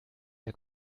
der